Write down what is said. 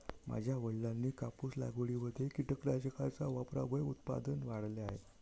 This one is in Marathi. माझ्या वडिलांनी कापूस लागवडीमध्ये कीटकनाशकांच्या वापरामुळे उत्पादन वाढवले आहे